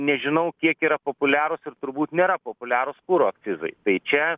nežinau kiek yra populiarūs ir turbūt nėra populiarūs kuro akcizai tai čia